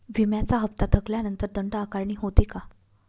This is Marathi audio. विम्याचा हफ्ता थकल्यानंतर दंड आकारणी होते का?